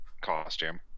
costume